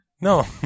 No